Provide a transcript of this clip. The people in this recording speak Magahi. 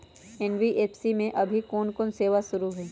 एन.बी.एफ.सी में अभी कोन कोन सेवा शुरु हई?